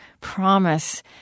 promise